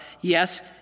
Yes